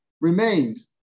remains